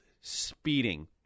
speeding